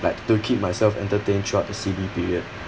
like to keep myself entertained throughout the C_B period